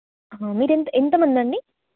మీరు ఎంత్ ఎంతమందండి